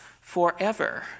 forever